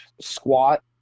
squat